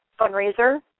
fundraiser